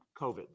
COVID